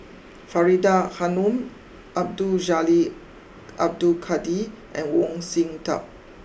Faridah Hanum Abdul Jalil Abdul Kadir and Sin Tub